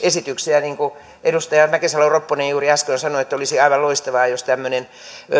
esityksiä niin kuin edustaja mäkisalo ropponen juuri äsken sanoi että olisi aivan loistavaa jos tämmöinen